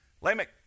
Lamech